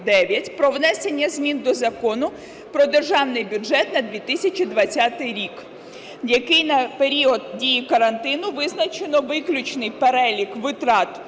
про внесення змін до Закону "Про Державний бюджет на 2020 рік", яким на період дії карантину визначено виключний перелік витрат